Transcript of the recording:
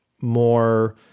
more